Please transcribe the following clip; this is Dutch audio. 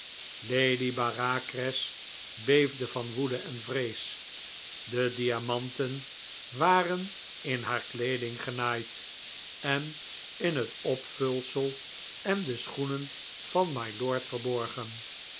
lady bareacres beefde van woede en vrees de diamanten waren in haar weeding genaaid en in het opvulsel en de schoenen van mylord verborgen